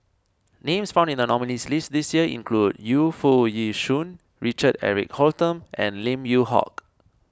names found in the nominees' list this year include Yu Foo Yee Shoon Richard Eric Holttum and Lim Yew Hock